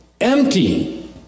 Empty